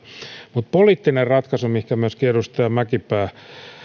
mutta poliittinen ratkaisu mihin myöskin edustaja mäkipää